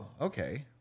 okay